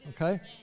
Okay